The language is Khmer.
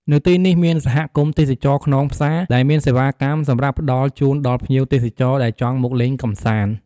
នៅទីនេះ មានសហគមន៍ទេសចរណ៍ខ្នងផ្សា ដែលមានសេវាកម្មសម្រាប់ផ្តល់ជូនដល់ភ្ញៀវទេសចរណ៍ដែលចង់មកលេងកំសាន្ត។